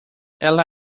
ela